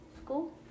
school